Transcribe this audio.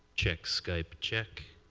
check, skype check.